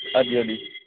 आं जी आं जी